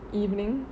evening